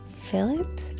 Philip